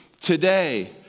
today